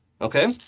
Okay